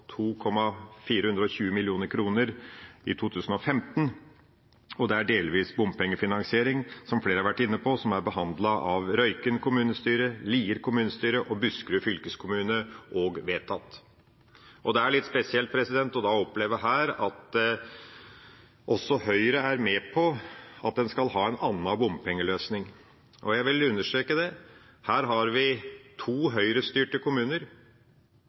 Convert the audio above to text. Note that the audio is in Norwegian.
i 2015. Det er delvis bompengefinansiering, som flere har vært inne på, som er behandlet av Røyken kommunestyre, Lier kommunestyre og Buskerud fylkeskommune – og vedtatt. Det er litt spesielt da å oppleve her at også Høyre er med på at en skal ha en annen bompengeløsning. Og – jeg vil understreke det: Her har vi to Høyre-styrte kommuner,